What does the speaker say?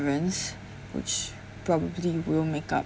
which probably will make up